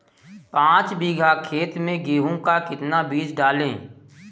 पाँच बीघा खेत में गेहूँ का कितना बीज डालें?